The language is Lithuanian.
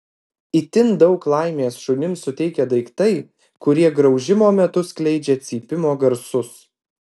itin daug laimės šunims suteikia daiktai kurie graužimo metu skleidžia cypimo garsus